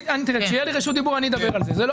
כשתהיה לי רשות דיבור אני אדבר על זה.